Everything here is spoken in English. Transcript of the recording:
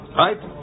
right